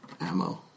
ammo